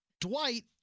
Dwight